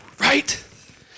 right